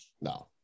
no